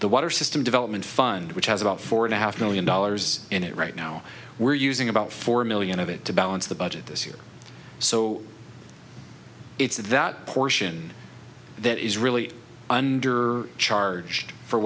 the water system development fund which has about four and a half million dollars in it right now we're using about four million of it to balance the budget this year so it's that portion that is really under charge for